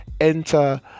enter